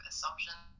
assumption